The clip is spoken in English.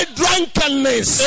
drunkenness